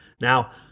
Now